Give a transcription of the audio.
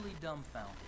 dumbfounded